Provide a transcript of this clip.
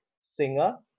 singer